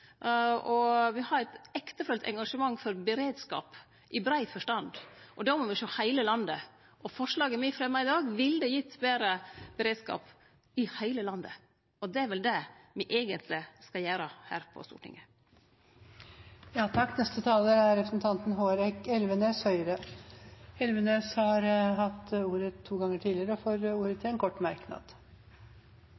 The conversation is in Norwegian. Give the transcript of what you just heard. har eit ektefølt engasjement for beredskap i brei forstand, og då må me sjå på heile landet. Forslaga me fremjar i dag, ville gitt betre beredskap i heile landet, og det er vel det me eigentleg skal gjere her på Stortinget. Representanten Hårek Elvenes har hatt ordet to ganger tidligere i debatten og får ordet